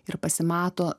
ir pasimato